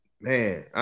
Man